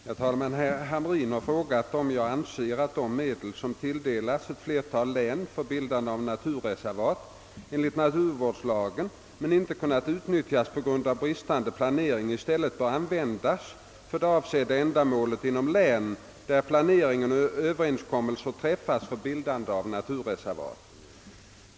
Herr talman! Herr Hamrin i Kalmar har frågat om jag anser att de medel, som tilldelats ett flertal län för bildande av naturreservat enligt naturvårdslagen men icke kunnat utnyttjas på grund av bristande planering, i stället bör användas för det avsedda ändamålet inom län, där planering och överenskommelser träffats för bildande av naturreservat.